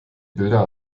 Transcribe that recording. bilder